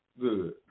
Good